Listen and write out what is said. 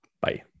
bye